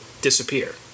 disappear